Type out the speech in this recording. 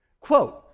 Quote